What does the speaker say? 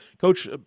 Coach